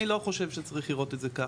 אני לא חושב שצריך לראות את זה ככה,